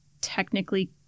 technically